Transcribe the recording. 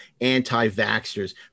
Anti-vaxxers